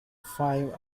five